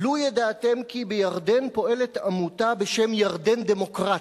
לו ידעתם כי בירדן פועלת עמותה בשם "ירדן דמוקרטית",